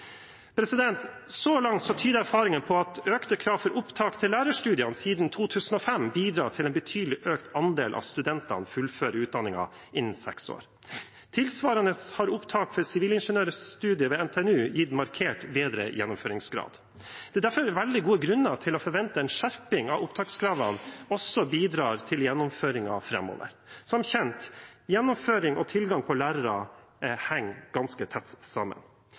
periode. Så langt tyder erfaringene på at økte krav for opptak til lærerstudiene siden 2005 bidrar til at en betydelig økt andel av studentene fullfører utdanningen innen seks år – tilsvarende har opptak til sivilingeniørstudiet ved NTNU gitt markant bedre gjennomføringsgrad. Det er derfor veldig gode grunner til å forvente at en skjerping av opptakskravene også bidrar til gjennomføringen framover. Som kjent: Gjennomføring og tilgang på lærere henger ganske tett sammen.